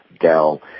Dell